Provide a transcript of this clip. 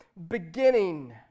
beginning